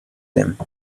them